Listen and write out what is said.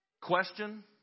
Question